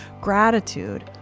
gratitude